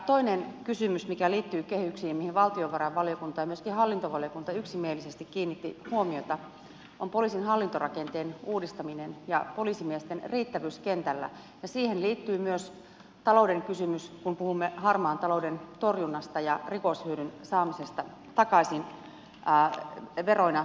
toinen kysymys mikä liittyy kehyksiin ja mihin valtiovarainvaliokunta ja myöskin hallintovaliokunta yksimielisesti kiinnittivät huomiota on poliisin hallintorakenteen uudistaminen ja poliisimiesten riittävyys kentällä ja siihen liittyy myös talouden kysymys kun puhumme harmaan talouden torjunnasta ja rikoshyödyn saamisesta takaisin veroina